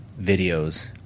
videos